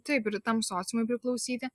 taip ir tam sociumui priklausyti